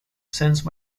sense